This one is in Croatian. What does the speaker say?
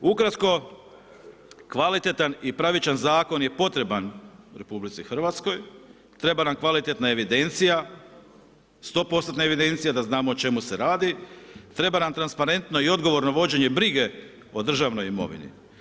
Ukratko, kvalitetan i pravičan zakon je potreban RH, treba nam kvalitetna evidencija sto postotna evidencija da znamo o čemu se radi, treba nam transparentno i odgovorno vođenje brige o državnoj imovini.